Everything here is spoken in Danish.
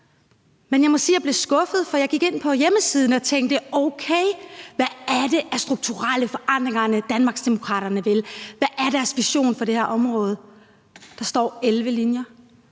Men jeg må sige, at jeg blev skuffet, for jeg gik ind på hjemmesiden for at se, hvad det er for strukturelle forandringer, Danmarksdemokraterne vil. Hvad er deres vision for det her område? Der står 11 linjer,